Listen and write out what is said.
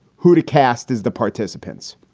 who to cast is the participants.